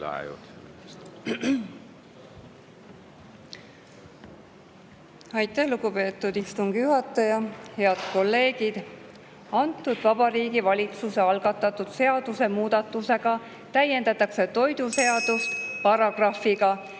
Aitäh, lugupeetud istungi juhataja! Head kolleegid! Vabariigi Valitsuse algatatud seadusemuudatusega täiendatakse toiduseadust (Juhataja